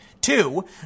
Two